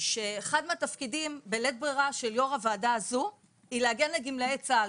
שאחד מהתפקידים בלית ברירה של יו"ר הוועדה הזו היא להגן על גמלאי צה"ל,